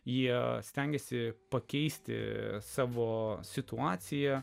jie stengiasi pakeisti savo situaciją